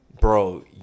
Bro